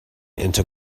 into